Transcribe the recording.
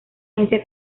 agencia